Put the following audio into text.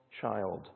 child